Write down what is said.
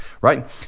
Right